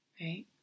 right